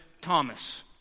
Thomas